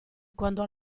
quando